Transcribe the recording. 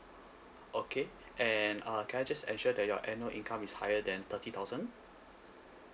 okay and uh can I just ensure that your annual income is higher than thirty thousand